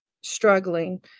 struggling